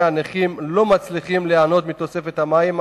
הנכים לא מצליחים ליהנות מתוספת המים האמורה,